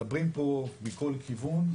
מדברים פה מכל כיוון,